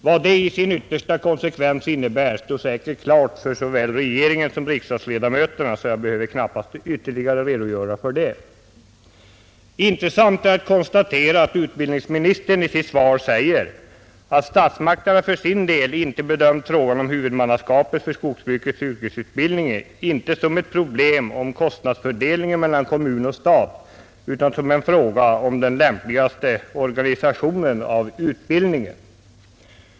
Vad det i sin yttersta konsekvens innebär står säkert klart för både regeringen och riksdagsledamöterna, varför jag knappast behöver redogöra för det. Intressant är att konstatera att utbildningsministern i sitt svar säger att ”statsmakterna för sin del bedömt frågan om huvudmannaskapet för skogsbrukets yrkesutbildning inte som ett problem om kostnadsfördelning mellan kommun och stat utan som en fråga om den lämpligaste organisationen av utbildningen”.